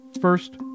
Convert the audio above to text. first